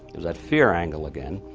there's that fear angle again.